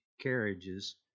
carriages